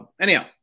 Anyhow